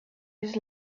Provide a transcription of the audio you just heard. his